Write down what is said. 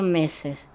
meses